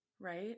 Right